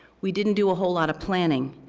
we didn't do a whole lot of planning.